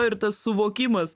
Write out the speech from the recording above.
ir tas suvokimas